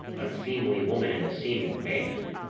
unseemly woman in a seeming man!